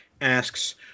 asks